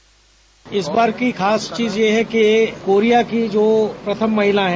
bite इस बार की खास चीज यह है कि कोरिया की जो प्रथम महिला ह